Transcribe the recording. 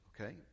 Okay